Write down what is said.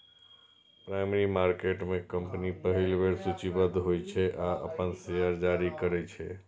primary market में company पहिल बेर सूचीबद्ध होइ छै आ अपन शेयर जारी करै छै